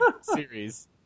series